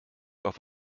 auf